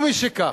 ומשכך,